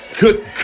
Good